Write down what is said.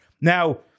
Now